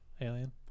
alien